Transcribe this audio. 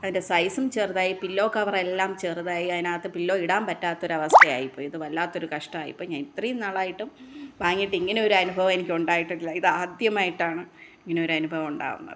അതിൻ്റെ സൈസും ചെറുതായി പില്ലോ കവറെല്ലാം ചെറുതായി അതിനകത്ത് പില്ലോ ഇടാൻ പറ്റാത്ത ഒരവസ്ഥയായിപ്പോയി ഇത് വല്ലാത്തൊരു കഷ്ടമായിപ്പോയി ഞാൻ ഇത്രയും നാളായിട്ടും വാങ്ങിയിട്ട് ഇങ്ങനെയൊരു അനുഭവം എനിക്കുണ്ടായിട്ടില്ല ഇതാദ്യമായിട്ടാണ് ഇങ്ങനൊരനുഭവം ഉണ്ടാവുന്നത്